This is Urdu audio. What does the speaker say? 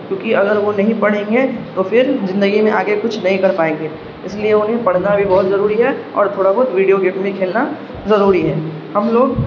کیونکہ اگر وہ نہیں پڑھیں گے تو پھر زندگی میں آگے کچھ نہیں کر پائیں گے اس لیے انہیں پڑھنا بھی بہت ضروری ہے اور تھوڑا بہت ویڈیو گیم بھی کھیلنا ضروری ہے ہم لوگ